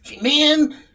man